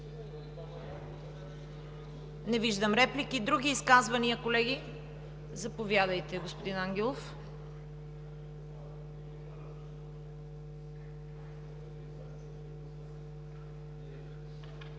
Не виждам. Други изказвани, колеги? Заповядайте, господин Ангелов.